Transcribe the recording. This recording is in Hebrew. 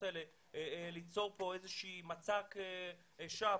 האלה ליצור כאן איזשהו מצג שווא,